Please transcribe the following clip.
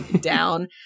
down